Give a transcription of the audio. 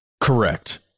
Correct